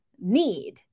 need